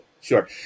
Sure